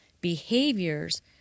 behaviors